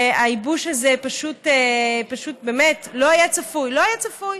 והייבוש הזה באמת, לא היה צפוי, לא היה צפוי.